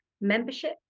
membership